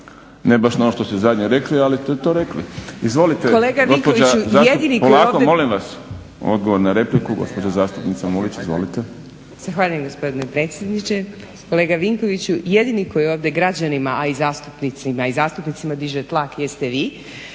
Ne baš na ono što ste zadnje rekli, ali ste to rekli. Izvolite gospođa zastupnica. Polako molim vas. Odgovor na repliku gospođa zastupnica Mulić,